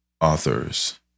authors